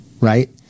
Right